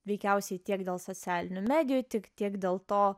veikiausiai tiek dėl socialinių medijų tik tiek dėl to